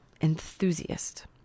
enthusiast